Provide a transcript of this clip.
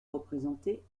représenter